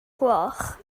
gloch